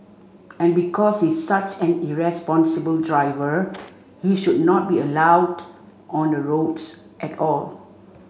and because he's such an irresponsible driver he should not be allowed on the roads at all